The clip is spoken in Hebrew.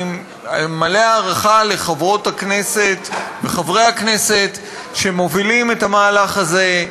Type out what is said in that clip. אני מלא הערכה לחברות הכנסת וחברי הכנסת שמובילים את המהלך הזה: